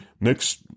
next